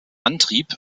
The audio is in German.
antrieb